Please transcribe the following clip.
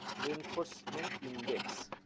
reinforcement index.